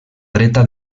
dreta